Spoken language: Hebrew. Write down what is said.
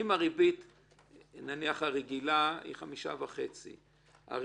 אם הריבית הרגילה היא 5.5% נניח,